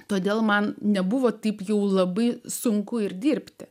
todėl man nebuvo taip jau labai sunku ir dirbti